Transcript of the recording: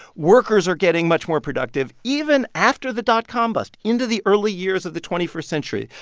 workers are getting much more productive even after the dot-com bust into the early years of the twenty first century.